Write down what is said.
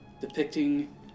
depicting